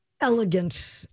elegant